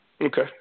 Okay